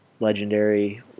Legendary